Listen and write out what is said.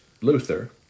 Luther